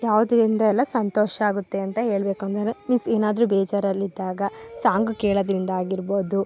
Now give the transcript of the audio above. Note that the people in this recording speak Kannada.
ಯಾವುದರಿಂದ ಎಲ್ಲ ಸಂತೋಷ ಆಗುತ್ತೆ ಅಂತ ಹೇಳಬೇಕು ಅಂದರೇನೇ ಮೀನ್ಸ್ ಏನಾದರೂ ಬೇಜಾರಲ್ಲಿದ್ದಾಗ ಸಾಂಗ್ ಕೇಳೋದರಿಂದ ಆಗಿರ್ಬೋದು